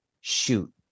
shoot